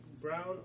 brown